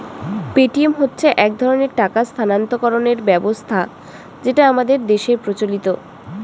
Paytm হচ্ছে এক ধরনের টাকা স্থানান্তরকরণের ব্যবস্থা যেটা আমাদের দেশের প্রচলিত